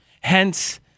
Hence